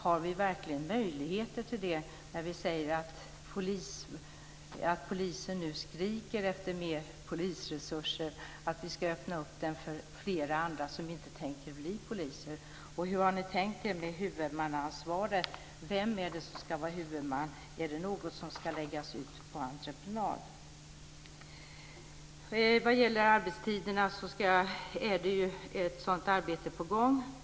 Har vi verkligen, när vi säger att polisen nu skriker efter mer polisresurser, möjligheter att öppna den för flera andra som inte tänker bli poliser? Och hur har ni tänkt er med huvudmannaansvaret? Vem ska vara huvudman? Är det något som ska läggas ut på entreprenad? Vad det gäller arbetstiderna är ett arbete på gång.